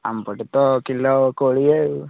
ଆମ ପଟେ ତ କିଲୋ କୋଡ଼ିଏ ଆଉ